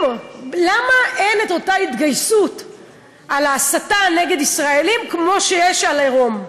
למה אין אותה התגייסות בהסתה נגד ישראלים כמו שיש בעירום?